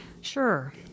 Sure